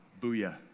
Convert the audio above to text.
Booyah